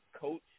coach